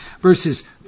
verses